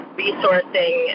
resourcing